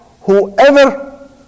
whoever